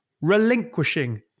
relinquishing